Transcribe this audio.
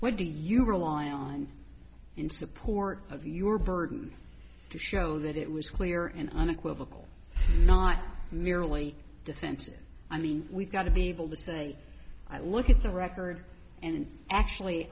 what do you rely on in support of your burden to show that it was clear and unequivocal not merely defensive i mean we've got to be able to say i look at the record and actually